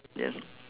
ya